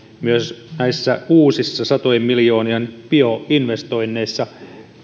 uusissa satojen miljoonien bioinvestoinneissa